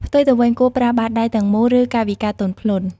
ផ្ទុយទៅវិញ គួរប្រើបាតដៃទាំងមូល ឬកាយវិការទន់ភ្លន់។